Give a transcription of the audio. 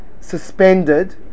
suspended